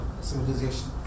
civilization